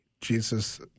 Jesus